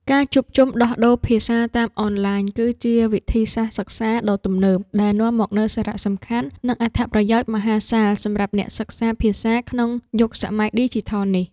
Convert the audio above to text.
ការជួបជុំដោះដូរភាសាតាមអនឡាញ គឺជាវិធីសាស្ត្រសិក្សាដ៏ទំនើបដែលនាំមកនូវសារៈសំខាន់ និងអត្ថប្រយោជន៍មហាសាលសម្រាប់អ្នកសិក្សាភាសាក្នុងយុគសម័យឌីជីថលនេះ។